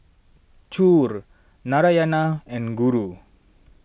Choor Narayana and Guru